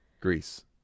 Greece